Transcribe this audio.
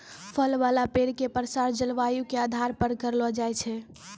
फल वाला पेड़ के प्रसार जलवायु के आधार पर करलो जाय छै